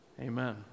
Amen